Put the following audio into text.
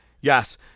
yes